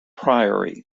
priory